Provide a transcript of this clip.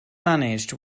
managed